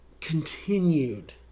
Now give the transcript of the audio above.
continued